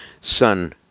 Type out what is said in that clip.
sun